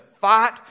fight